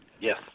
Yes